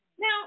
now